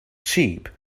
cheap